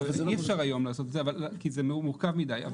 אי אפשר היום לעשות את זה כי זה מורכב מדי.